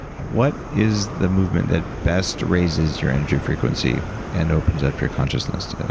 what is the movement that best raises your energy frequency and opens up your consciousness.